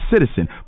citizen